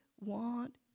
want